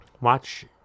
Watch